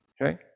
Okay